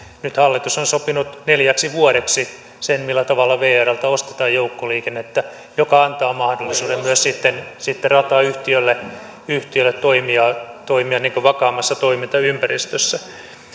nyt hallitus on sopinut neljäksi vuodeksi sen millä tavalla vrltä ostetaan joukkoliikennettä mikä antaa mahdollisuuden myös sitten sitten ratayhtiölle toimia toimia vakaammassa toimintaympäristössä